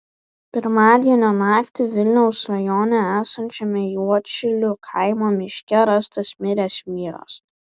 pirmadienio naktį vilniaus rajone esančiame juodšilių kaimo miške rastas miręs vyras